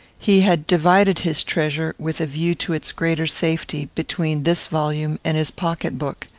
he had divided his treasure, with a view to its greater safety, between this volume and his pocket-book.